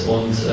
Und